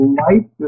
light